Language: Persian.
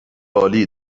عالی